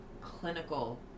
clinical